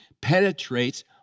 Penetrates